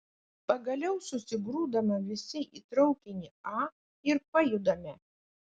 pagaliau susigrūdame visi į traukinį a ir pajudame